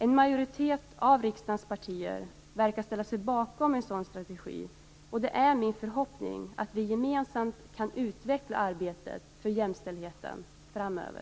En majoritet av riksdagens partier verkar ställa sig bakom en sådan strategi, och det är min förhoppning att vi gemensamt skall kunna utveckla arbetet för jämställdheten framöver.